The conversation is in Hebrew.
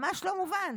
ממש לא מובן.